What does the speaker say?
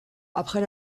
après